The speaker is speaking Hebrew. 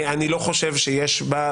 אני לא חושב שיש בה,